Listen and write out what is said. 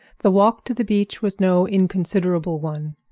the walk to the beach was no inconsiderable one,